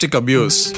abuse